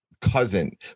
cousin